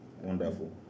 Wonderful